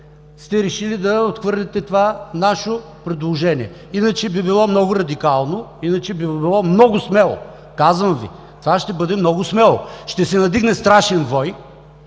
сте решили да отхвърлите това наше предложение. Иначе би било много радикално, иначе би било много смело. Казвам Ви, това ще бъде много смело, ще се надигне страшен вой.